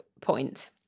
point